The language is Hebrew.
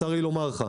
צר לי לומר לך.